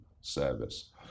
service